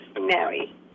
Mary